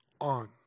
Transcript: on